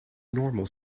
normal